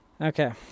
Okay